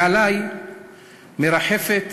מעלי מרחפת